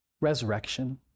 Resurrection